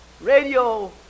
radio